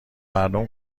مردم